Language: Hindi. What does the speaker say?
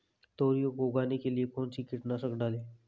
तोरियां को उगाने के लिये कौन सी कीटनाशक डालें?